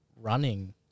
running